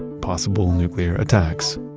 possible nuclear attacks.